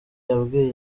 yabwiye